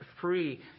free